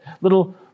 little